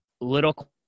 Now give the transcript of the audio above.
little